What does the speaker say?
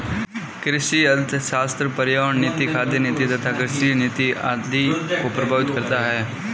कृषि अर्थशास्त्र पर्यावरण नीति, खाद्य नीति तथा कृषि नीति आदि को प्रभावित करता है